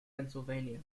pennsylvania